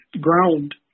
ground